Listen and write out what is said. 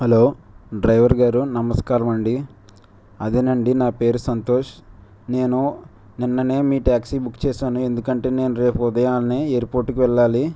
hello driver గారు నమస్కారం అండి అదేనండి నా పేరు సంతోష్ నేను నిన్ననే మీ టాక్సీ బుక్ చేసాను ఎందుకంటే నేను రేపు ఉదయన్నే ఎయిర్పోర్టుకి వెళ్ళాలి